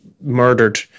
murdered